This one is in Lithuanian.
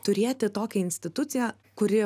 turėti tokią instituciją kuri